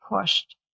pushed